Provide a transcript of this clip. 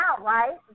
right